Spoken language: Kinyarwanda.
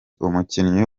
umukinnyi